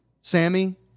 Sammy